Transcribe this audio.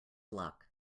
luck